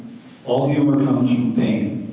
all humor comes from pain.